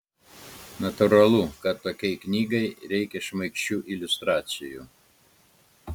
natūralu kad tokiai knygai reikia šmaikščių iliustracijų